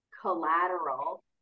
collateral